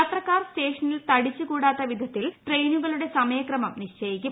യാത്രക്കാർ സ്റ്റേഷനിൽ തടിച്ചു കൂടാത്ത വിധത്തിൽ ട്രെയിനുകളുടെ സമയക്രമം നിശ്ചയിക്കും